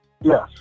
Yes